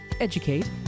educate